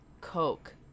coke